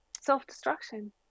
self-destruction